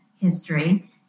history